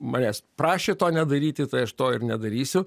manęs prašė to nedaryti tai aš to ir nedarysiu